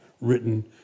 written